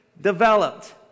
developed